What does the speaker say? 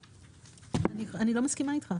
אני לא מסכימה אתך.